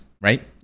right